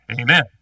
amen